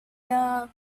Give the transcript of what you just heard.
the